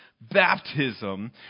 baptism